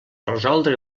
resoldre